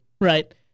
right